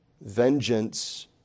vengeance